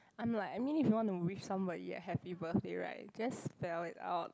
I'm like I mean if you wanna wish somebody a happy birthday right just spell it out